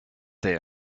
there